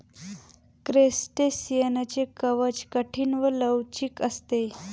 क्रस्टेशियनचे कवच कठीण व लवचिक असते